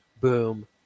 boom